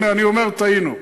הנה, אני אומר: טעינו.